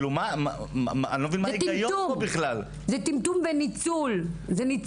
זה טמטום וניצול.